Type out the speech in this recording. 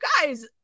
guys